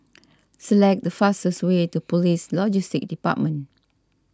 select the fastest way to Police Logistics Department